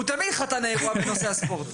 הוא תמיד חתן האירוע בנושא הספורט.